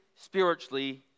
spiritually